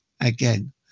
again